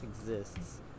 exists